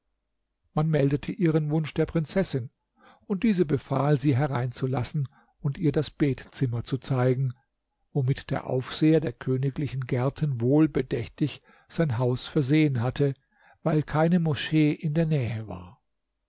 man meldete ihren wunsch der prinzessin und diese befahl sie hereinzulassen und ihr das betzimmer zu zeigen womit der aufseher der königlichen gärten wohlbedächtig sein haus versehen hatte weil keine moschee in der nähe war